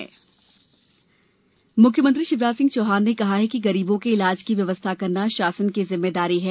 CM बैठक मुख्यमंत्री शिवराज सिंह चौहान ने कहा है कि गरीबों के इलाज की व्यवस्था करना शासन की जिम्मेदारी है